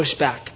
pushback